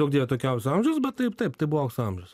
neduokdie tokio aukso amžiaus bet taip taip tai buvo aukso amžius